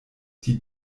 die